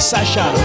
Sasha